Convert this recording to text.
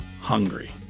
hungry